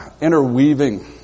interweaving